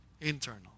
Internal